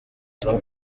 tom